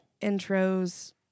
intros